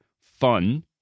fun